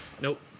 Nope